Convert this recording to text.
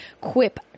Quip